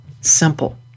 simple